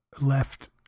left